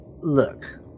Look